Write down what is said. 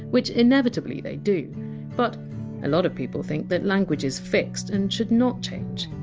which inevitably they do but a lot of people think that language is fixed and should not change.